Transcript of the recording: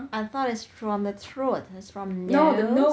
I thought it's from the throat it's from nose